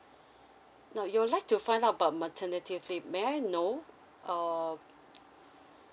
now you would like to find out about maternity leave may I know uh